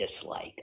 dislike